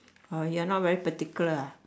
orh you're not very particular ah